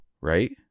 right